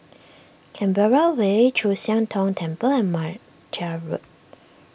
Canberra Way Chu Siang Tong Temple and Martia Road